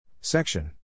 Section